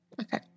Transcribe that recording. Okay